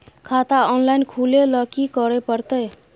खाता ऑनलाइन खुले ल की करे परतै?